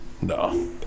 No